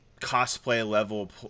cosplay-level